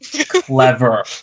Clever